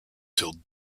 till